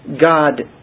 God